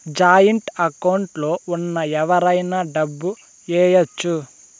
joint account లో ఉన్న ఎవరైనా డబ్బు ఏయచ్చు